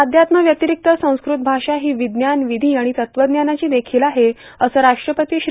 अध्यात्मा व्यतिरिक्त संस्कृत भाषा ही विज्ञान विधी आणि तत्वज्ञानाची देखील आहे असं राष्ट्रपती श्री